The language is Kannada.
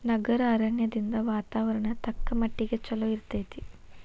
ನಗರ ಅರಣ್ಯದಿಂದ ವಾತಾವರಣ ತಕ್ಕಮಟ್ಟಿಗೆ ಚಲೋ ಇರ್ತೈತಿ